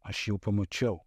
aš jau pamačiau